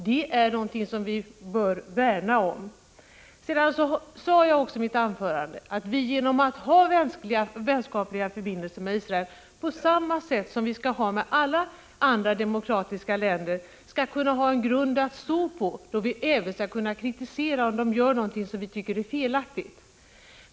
Det är någonting som vi bör värna om. Jag sade också i mitt anförande att vi, genom att ha vänskapliga förbindelser med Israel på samma sätt som vi skall ha med alla andra demokratiska länder, skall ha en grund att stå på, så att vi även skall kunna kritisera om de gör någonting som vi tycker är felaktigt.